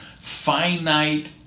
finite